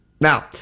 Now